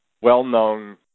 well-known